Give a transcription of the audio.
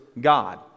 God